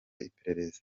iperereza